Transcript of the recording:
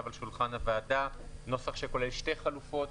על השולחן הוועדה נוסח שכולל שתי חלופות.